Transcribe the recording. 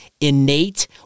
innate